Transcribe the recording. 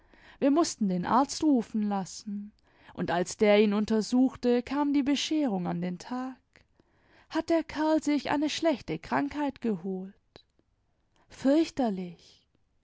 wir mußten den arzt rufen lassen und als der ihn untersuchte kam die bescherung an den tag hat der kerl sich eine schlechte krankheit geholt fürchterlich